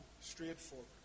straightforward